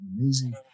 amazing